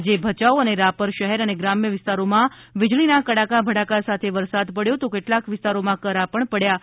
આજે ભયાઉ અને રાપર શહેર અને ગ્રામ્ય વિસ્તારોમાં વિજળીના કડાકા ભડાકા સાથે વરસાદ પડ્યો હતો તો કેટલાક વિસ્તારોમાં કરા પણ પડ્યા હતા